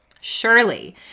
surely